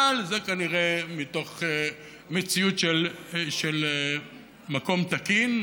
אבל זה כנראה מתוך מציאות של מקום תקין,